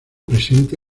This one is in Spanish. presente